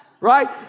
Right